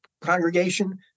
congregation